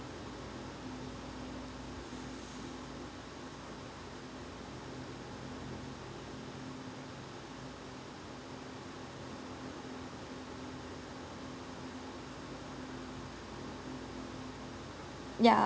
ya